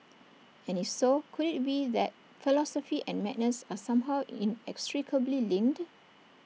and if so could IT be that philosophy and madness are somehow inextricably linked